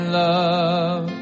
love